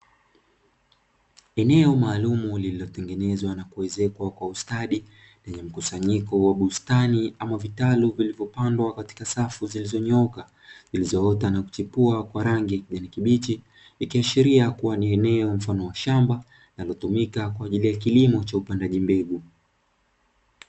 Eneo maalumu lililotengenezwa na kuezekwa kwa ustadi, lenye mkusanyiko wa bustani ama vitalu vilivyopandwa katika safu zilizo nyooka, zilizoota na kuchipua kwa rangi ya kijani kibichi, ikiashiria kuwa ni eneo mfano wa shamba linalotumika kwaajili ya kilimo cha upandaji mbegu.